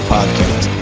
Podcast